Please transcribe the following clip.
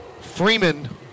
Freeman